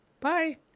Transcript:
Bye